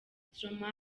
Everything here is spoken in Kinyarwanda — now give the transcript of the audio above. stromae